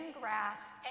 grass